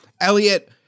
Elliot